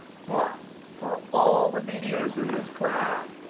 but for all the videos in this class,